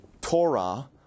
Torah